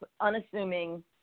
unassuming